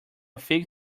fig